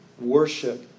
worship